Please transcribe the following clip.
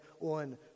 on